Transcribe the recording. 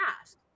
ask